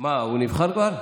הוא נבחר כבר?